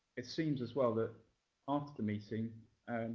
it seems, as well, that after the meeting,